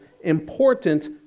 important